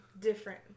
different